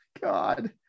god